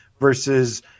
versus –